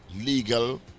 legal